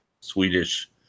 swedish